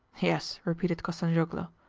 yes, repeated kostanzhoglo,